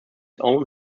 own